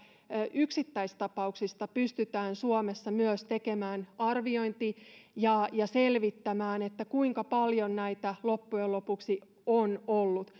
yksittäistapauksista pystytään suomessa myös tekemään arviointi ja ja selvittämään kuinka paljon näitä loppujen lopuksi on ollut